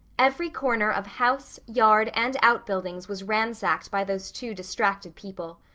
every corner of house, yard, and outbuildings was ransacked by those two distracted people.